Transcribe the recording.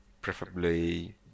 preferably